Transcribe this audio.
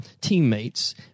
teammates